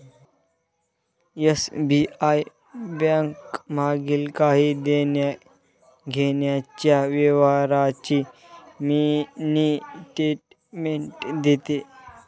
SBI bank मागील काही देण्याघेण्याच्या व्यवहारांची मिनी स्टेटमेंट देते